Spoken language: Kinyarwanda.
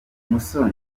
musoni